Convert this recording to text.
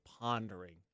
pondering